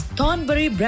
Thornbury